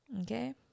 Okay